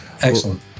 excellent